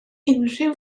unrhyw